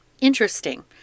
Interesting